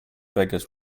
beggars